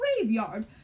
graveyard